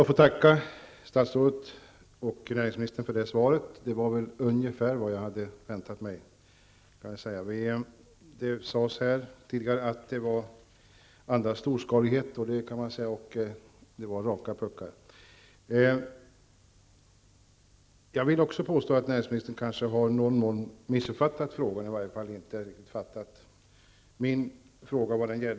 Fru talman! Jag tackar näringsministern för svaret, som väl var ungefär vad jag hade väntat mig. Som sades tidigare andas svaret storskalighet. Det var raka puckar. Jag vill också påstå att näringsministern i någon mån har missuppfattat frågorna. Han har i varje fall inte uppfattat min fråga riktigt.